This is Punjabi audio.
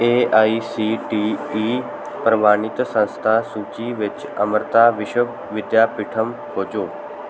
A I C T E ਪ੍ਰਵਾਨਿਤ ਸੰਸਥਾ ਸੂਚੀ ਵਿੱਚ ਅਮ੍ਰਿਤਾ ਵਿਸ਼ਵ ਵਿਦਿਆਪੀਠਮ ਖੋਜੋ